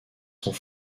sont